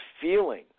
feeling